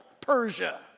Persia